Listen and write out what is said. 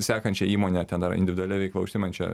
sekančią įmonę ten yra individualia veikla užsiimančia